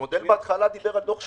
המודל דיבר בהתחלה דיבר על דוח 18'